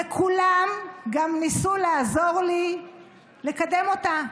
וכולם גם ניסו לעזור לי לקדם אותה,